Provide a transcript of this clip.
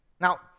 Now